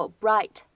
bright